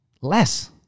Less